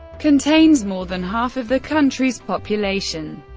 contains more than half of the country's population.